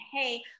hey